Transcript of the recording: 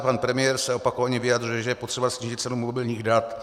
Pan premiér se opakovaně vyjadřuje, že je potřeba snížit cenu mobilních dat.